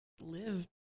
live